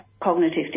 cognitive